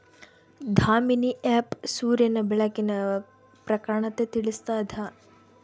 Damini app ಸೂರ್ಯನ ಬೆಳಕಿನ ಪ್ರಖರತೆ ತಿಳಿಸ್ತಾದ